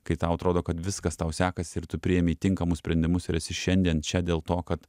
kai tau atrodo kad viskas tau sekasi ir tu priėmei tinkamus sprendimus ir esi šiandien čia dėl to kad